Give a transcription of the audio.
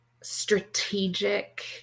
strategic